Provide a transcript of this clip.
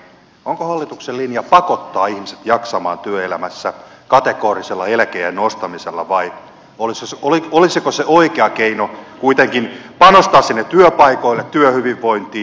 onko hallituksen linja pakottaa ihmiset jaksamaan työelämässä kategorisella eläkeiän nostamisella vai olisiko se oikea keino kuitenkin panostaa sinne työpaikoille työhyvinvointiin